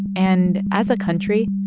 and as a country,